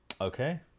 Okay